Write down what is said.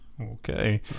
Okay